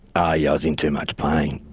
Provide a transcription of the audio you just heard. i yeah was in too much pain.